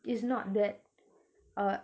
it's not that uh